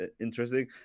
interesting